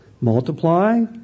multiply